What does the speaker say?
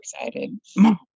excited